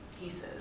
pieces